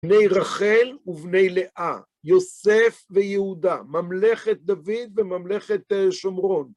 בני רחל ובני לאה, יוסף ויהודה, ממלכת דוד וממלכת שומרון.